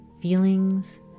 feelings